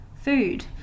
food